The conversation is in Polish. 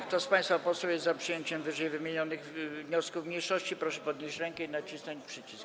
Kto z państwa posłów jest za przyjęciem ww. wniosków mniejszości, proszę podnieść rękę i nacisnąć przycisk.